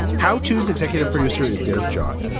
how tos executive producer is derrick john.